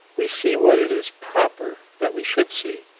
we see what it is proper that we should see.